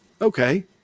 Okay